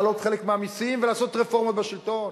להעלות חלק מהמסים ולעשות רפורמות בשלטון.